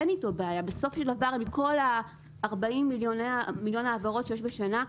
מכל ה-40 מיליון העברות שיש בשנה,